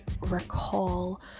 recall